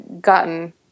gotten